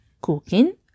cooking